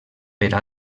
per